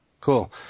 Cool